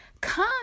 Come